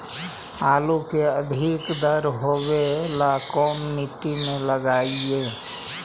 आलू के अधिक दर होवे ला कोन मट्टी में लगीईऐ?